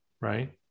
Right